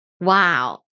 Wow